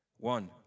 One